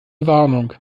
warnung